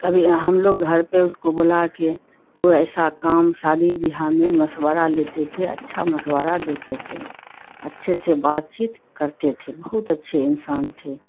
کبھی ہم لوگ گھر پہ اس کو بلا کے کوئی ایسا کام شادی بیاہ میں مشورہ لیتے تھے اچھا مشورہ دیتے تھے اچھے سے بات چیت کرتے تھے بہت اچھے انسان تھے